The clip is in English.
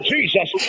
Jesus